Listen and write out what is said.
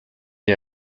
est